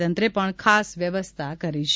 તંત્રે પણ ખાસ વ્યવસ્થા કરેલ છે